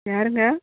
யாருங்க